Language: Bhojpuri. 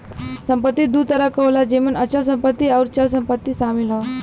संपत्ति दू तरह क होला जेमन अचल संपत्ति आउर चल संपत्ति शामिल हौ